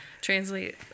translate